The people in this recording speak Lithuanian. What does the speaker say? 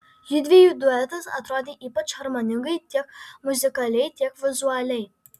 judviejų duetas atrodė ypač harmoningai tiek muzikaliai tiek vizualiai